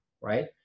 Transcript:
right